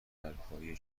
برپایه